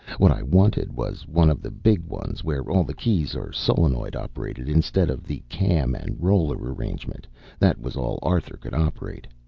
what i wanted was one of the big ones where all the keys are solenoid-operated instead of the cam-and-roller arrangement that was all arthur could operate.